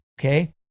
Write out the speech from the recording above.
okay